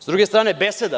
Sa druge strane beseda.